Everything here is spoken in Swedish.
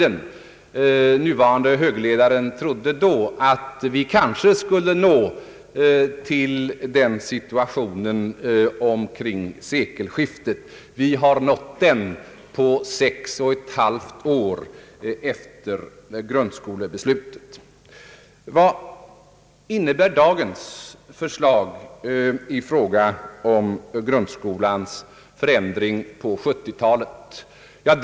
Den nuvarande högerledaren trodde då att vi kanske skulle nå den situationen omkring sekelskiftet. Vi har nått den sex och ett halvt år efter grundskolebeslutet! Vad innebär dagens förslag i fråga om grundskolans förändring på 1970 talet?